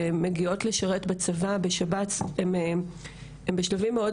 בעצם באות לשרת בשב"ס עוד כשהן בשלבים מאוד